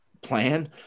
plan